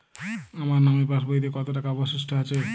আমার নামের পাসবইতে কত টাকা অবশিষ্ট আছে?